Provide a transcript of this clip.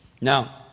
now